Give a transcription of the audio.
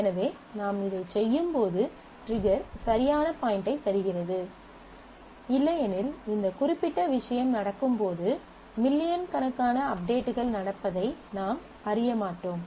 எனவே நாம் இதைச் செய்யும்போது ட்ரிகர் சரியான பாய்ண்டைத் தருகிறது இல்லையெனில் இந்த குறிப்பிட்ட விஷயம் நடக்கும்போது மில்லியன் கணக்கான அப்டேட்கள் நடப்பதை நாம் அறிய மாட்டோம்